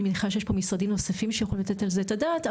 אני מניחה שיש פה משרדים נוספים שיכולים לתת על זה את הדעת.